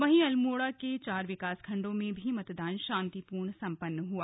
वहीं अल्मोड़ा के चार विकासखंडों में भी मतदान शांतिपूर्ण संपन्न हुआ